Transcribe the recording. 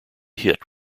hit